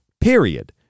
period